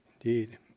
Indeed